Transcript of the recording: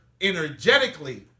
energetically